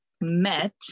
met